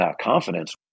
confidence